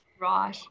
Right